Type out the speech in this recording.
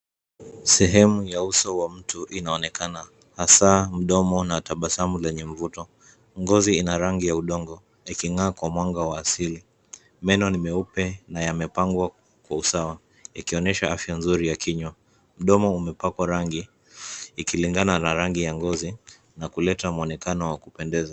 Sehemu ya uso wa mtu inaonekana hasa mdomo na tabasamu lenye mvuto. Ngozi ina rangi ya udongo iking'aa kwa mwanga wa asili. Meno ni meupe na yamepangwa kwa usawa ikionyesha afya nzuri ya kinywa. Mdomo umepakwa rangi ikilikangana na rangi ya ngozi na kuleta mwonekano wa kupendeza.